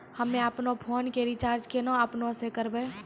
हम्मे आपनौ फोन के रीचार्ज केना आपनौ से करवै?